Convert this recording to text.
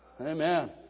Amen